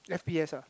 F_P_S ah